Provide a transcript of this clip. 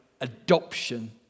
adoption